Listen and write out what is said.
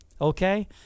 Okay